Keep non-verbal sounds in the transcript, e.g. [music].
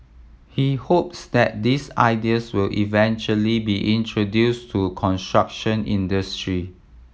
he hopes that these ideas will eventually be introduced to [unintelligible] construction industry